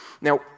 Now